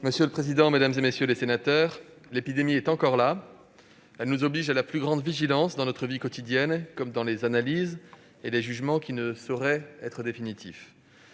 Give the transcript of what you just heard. Monsieur le président, mesdames, messieurs les sénateurs, l'épidémie est encore là ; elle nous oblige à la plus grande vigilance, tant dans notre vie quotidienne que dans les analyses et les jugements portés, lesquels ne sauraient être définitifs.